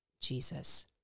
Jesus